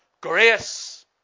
Grace